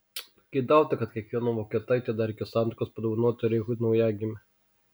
pageidauta kad kiekviena vokietaitė dar iki santuokos padovanotų reichui naujagimį